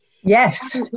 yes